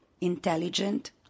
intelligent